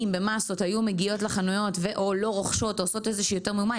במסות היו מגיעות לחנויות או לא רוכשות או עושות יותר מהומה,